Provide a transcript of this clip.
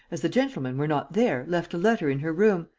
as the gentlemen were not there, left a letter in her room.